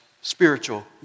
spiritual